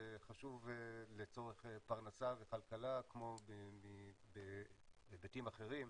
זה חשוב לצורך פרנסה וכלכלה כמו בהיבטים אחרים.